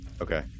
Okay